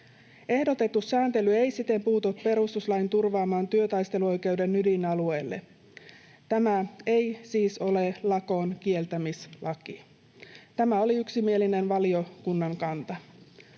Ehdotettu sääntely ei siten puutu perustuslain turvaaman työtaisteluoikeuden ydinalueelle. Tämä ei siis ole lakonkieltämislaki. Tämä oli yksimielinen valiokunnan kanta.